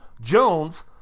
Jones